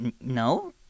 No